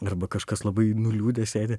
arba kažkas labai nuliūdęs sėdi